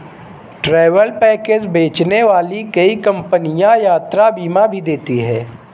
travel package बेचने वाली कई कंपनियां यात्रा बीमा भी देती हैं